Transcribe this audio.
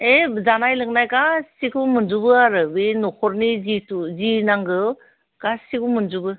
एह जानाय लोंनाय गासिखौबो मोनजोबो आरो बे नखरनि जिथु जि नांगौ गासिखौबो मोनजोबो